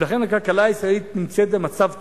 ולכן הכלכלה הישראלית נמצאת במצב טוב.